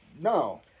No